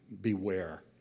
beware